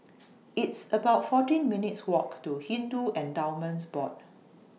It's about fourteen minutes' Walk to Hindu Endowments Board